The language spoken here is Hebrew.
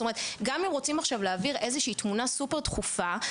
גם אם רוצים עכשיו להעביר עכשיו תמונה סופר דחופה,